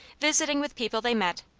visiting with people they met,